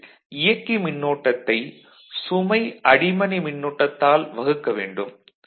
அதற்கு இயக்கி மின்னோட்டத்தை சுமை அடிமனை மின்னோட்டத்தால் வகுக்க வேண்டும்